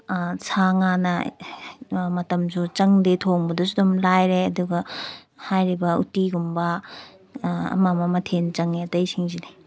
ꯁꯥ ꯉꯥꯅ ꯃꯇꯝꯁꯨ ꯆꯪꯗꯦ ꯊꯣꯡꯕꯗꯁꯨ ꯑꯗꯨꯝ ꯂꯥꯏꯔꯦ ꯑꯗꯨꯒ ꯍꯥꯏꯔꯤꯕ ꯎꯇꯤꯒꯨꯝꯕ ꯑꯃ ꯑꯃ ꯃꯊꯦꯜ ꯆꯪꯉꯦ ꯑꯇꯩꯁꯤꯡꯁꯤꯗꯤ